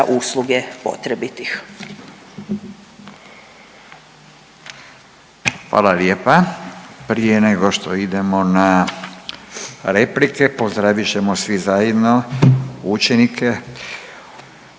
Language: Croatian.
(Nezavisni)** Hvala lijepa. Prije nego što idemo na replike pozdravit ćemo svi zajedno učenike